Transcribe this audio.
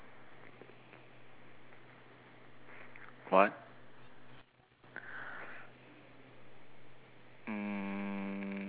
what